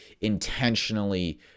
intentionally